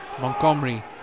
Montgomery